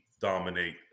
dominate